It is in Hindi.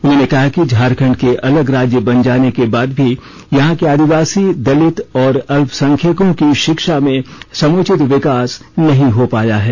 उन्होंने कहा कि झारखण्ड के अलग राज्य बन जाने के बाद भी यहाँ के आदिवासी दलित और अल्पसंख्यकों की शिक्षा में समुचित विकास नहीं हो पाया है